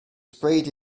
sprayed